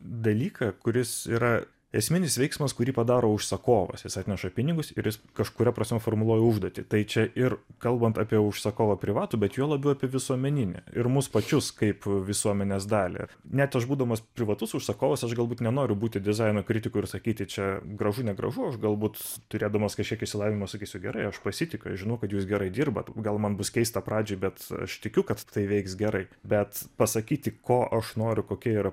dalyką kuris yra esminis veiksmas kurį padaro užsakovas jis atneša pinigus ir jis kažkuria prasme formuluoja užduotį tai čia ir kalbant apie užsakovą privatų bet juo labiau apie visuomeninį ir mus pačius kaip visuomenės dalį net aš būdamas privatus užsakovas aš galbūt nenoriu būti dizaino kritiku ir sakyti čia gražu negražu aš galbūt turėdamas kažkiek išsilavinimo sakysiu gerai aš pasitikiu aš žinau kad jūs gerai dirbat gal man bus keista pradžioj bet aš tikiu kad tai veiks gerai bet pasakyti ko aš noriu kokie yra